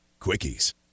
Quickies